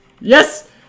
Yes